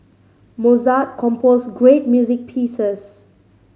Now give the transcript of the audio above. Mozart composed great music pieces